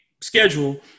schedule